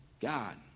God